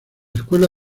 escuela